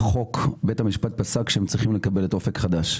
שבית המשפט פסק שהם צריכים לקבל את "אופק חדש".